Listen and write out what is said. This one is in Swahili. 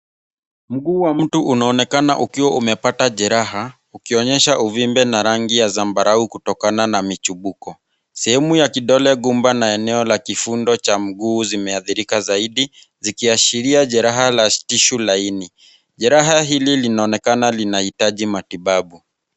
Mguu wa mtu unaonekana ukiwa umepata jeraha ukionyesha uvimbe na rangi ya zambarau kutokana na michubuko ,sehemu ya kidole gumba na eneo la kifundo cha mguu zimeathirika zaidi zikiashiria jeraha la tishu laini ,jeraha hili linaonekana linahitaji matibabu.